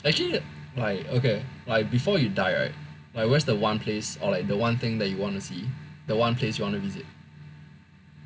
actually like okay like before you die right like where's the one place or like the one thing you wanna see the one place you wanna visit um